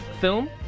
film